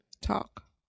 Talk